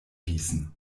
gießen